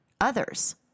others